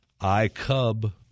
iCub